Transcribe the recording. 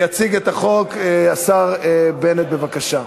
יציג את החוק השר בנט, בבקשה.